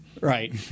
Right